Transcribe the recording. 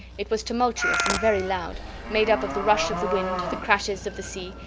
it was tumultuous and very loud made up of the rush of the wind, the crashes of the sea,